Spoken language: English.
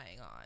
on